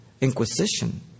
Inquisition